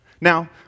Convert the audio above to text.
now